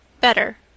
Better